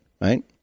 right